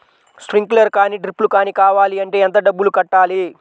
Sprinkler కానీ డ్రిప్లు కాని కావాలి అంటే ఎంత డబ్బులు కట్టాలి?